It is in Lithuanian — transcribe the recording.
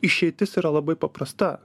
išeitis yra labai paprasta